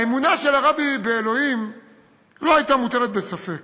האמונה של הרבי באלוהים לא הייתה מוטלת בספק,